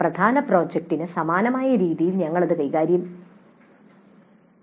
പ്രധാന പ്രോജക്റ്റിന് സമാനമായ രീതിയിൽ ഞങ്ങൾക്ക് ഇത് കൈകാര്യം ചെയ്യാൻ കഴിയും